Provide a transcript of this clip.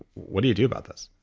what do you do about this?